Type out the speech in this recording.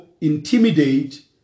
intimidate